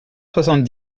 soixante